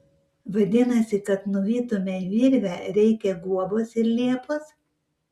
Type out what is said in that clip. vadinasi kad nuvytumei virvę reikia guobos ir liepos